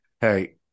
Hey